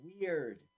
weird